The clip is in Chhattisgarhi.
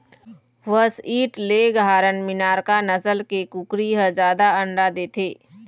व्हसइट लेग हारन, मिनार्का नसल के कुकरी ह जादा अंडा देथे